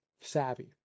savvy